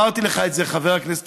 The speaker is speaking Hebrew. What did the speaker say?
נחמן, חבר הכנסת